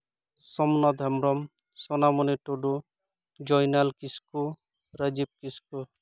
Somnath Hembrom Sonamoni Tudu Joynal Kisku Rajiv Kisku